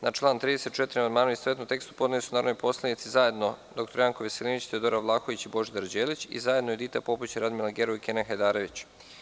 Na član 34. amandmane, u istovetnom tekstu, podneli su narodni poslanici zajedno prof. dr Janko Veselinović, Teodora Vlahović i mr Božidar Đelić i zajedno Judita Popović, Radmila Gerov i Kenan Hajdarević.